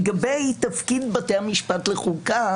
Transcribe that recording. לגבי תפקיד בתי המשפט לחוקה,